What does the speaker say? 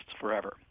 forever